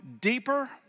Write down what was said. deeper